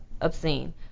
obscene